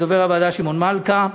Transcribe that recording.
לדובר הוועדה שמעון מלכה,